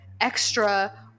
extra